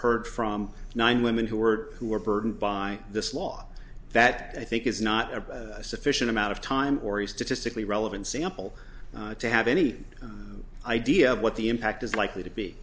heard from nine women who were who are burdened by this law that i think is not a sufficient amount of time oris statistically relevant sample to have any idea of what the impact is likely to be